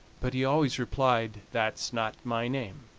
but he always replied that's not my name.